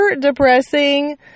depressing